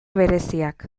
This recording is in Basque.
bereziak